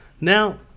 now